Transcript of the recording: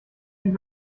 den